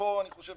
אני חושב